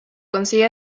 consigue